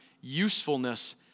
usefulness